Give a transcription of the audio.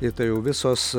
ir tai jau visos